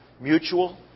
mutual